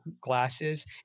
glasses